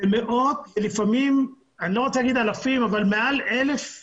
אני לא רוצה לומר אלפים אבל מעל 1,000 נערים,